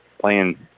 playing